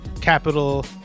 capital